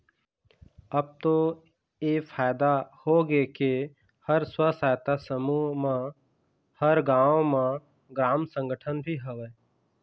अब तो ऐ फायदा होगे के हर स्व सहायता समूह म हर गाँव म ग्राम संगठन भी हवय